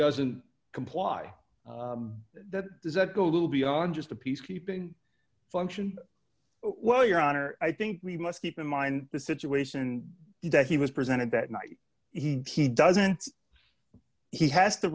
doesn't comply that does that go a little beyond just a peacekeeping function well your honor i think we must keep in mind the situation that he was presented that night he doesn't he has to